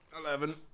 Eleven